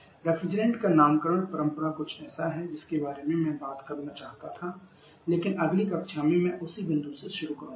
refrigerants का नामकरण परंपरा कुछ ऐसा है जिसके बारे में मैं बात करना चाहता था लेकिन अगली कक्षा में मैं उसी बिंदु से शुरू करूंगा